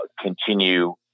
continue